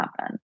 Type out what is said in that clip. happen